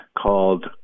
called